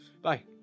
Bye